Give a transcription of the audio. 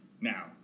Now